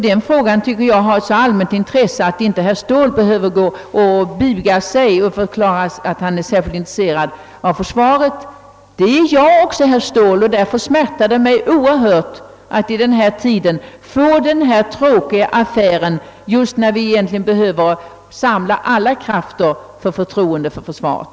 Den frågan har ett så allmänt intresse, att herr Ståhl inte behöver nonchalera den genom att buga sig och förklara att han är särskilt intresserad av försvaret. Det är jag också, herr Ståhl, och därför smärtar det mig oerhört att få denna tråkiga affär just när vi behöver samla alla krafter i förtroende för försvaret.